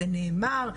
זה נאמר,